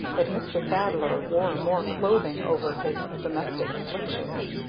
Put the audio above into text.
that mr. thaddler wore more clothing over his domestic afflictions.